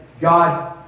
God